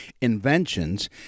inventions